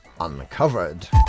Uncovered